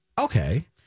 okay